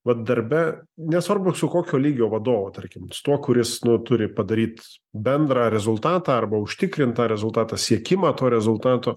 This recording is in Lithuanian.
vat darbe nesvarbu su kokio lygio vadovu tarkim tuo kuris nu turi padaryt bendrą rezultatą arba užtikrint tą rezultatą siekimą to rezultato